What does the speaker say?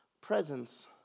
presence